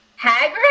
Hagrid